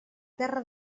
terra